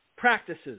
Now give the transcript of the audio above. Practices